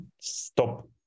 stop